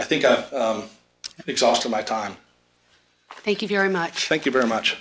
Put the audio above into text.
i think i've exhausted my time thank you very much thank you very much